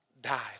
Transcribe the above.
died